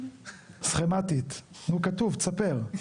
סכמתית, נו, כתוב, ספר.